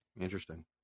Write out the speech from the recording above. Interesting